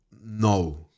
No